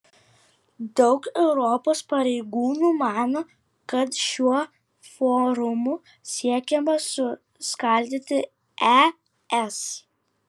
daug europos pareigūnų mano kad šiuo forumu siekiama suskaldyti es